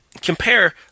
compare